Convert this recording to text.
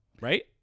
right